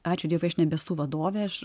ačiū dievui aš nebesu vadovė aš